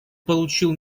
получил